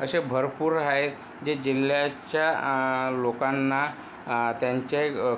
असे भरपूर आहे जे जिल्ह्याच्या लोकांना त्यांच्या